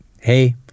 hey